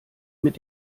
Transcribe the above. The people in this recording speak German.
mit